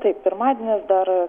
tai pirmadienis dar